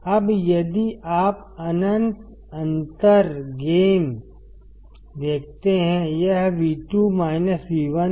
अब यदि आप अनंत अंतर गेन देखते हैं यह V2 V1 है